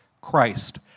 Christ